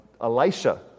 Elisha